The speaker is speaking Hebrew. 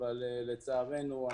אבל לצערנו,